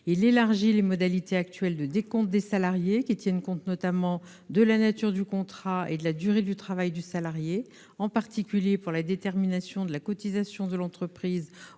à élargir les modalités actuelles de décompte des salariés qui se fondent notamment sur la nature du contrat et sur la durée du travail du salarié, en particulier pour la détermination de la cotisation de l'entreprise